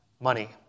Money